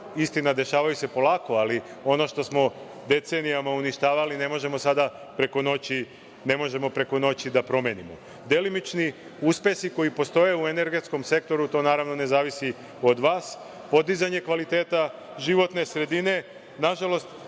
istina dešavaju se polako, ali ono što smo decenijama unštavali, ne možemo sada preko noći da promenimo. Delimični uspesi koji postoje u energetskom sektoru, to naravno ne zavisi od vas, podizanje kvaliteta životne sredine, nažalost,